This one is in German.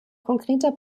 konkreter